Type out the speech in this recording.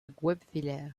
guebwiller